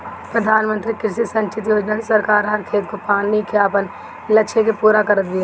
प्रधानमंत्री कृषि संचित योजना से सरकार हर खेत को पानी के आपन लक्ष्य के पूरा करत बिया